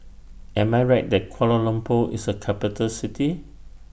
Am I Right that Kuala Lumpur IS A Capital City